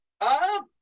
up